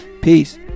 Peace